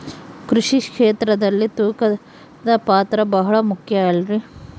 ಕೃಷಿ ಕ್ಷೇತ್ರದಲ್ಲಿ ತೂಕದ ಪಾತ್ರ ಬಹಳ ಮುಖ್ಯ ಅಲ್ರಿ?